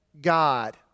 God